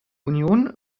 union